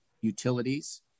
utilities